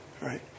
right